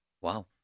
Wow